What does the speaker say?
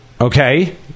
okay